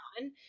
on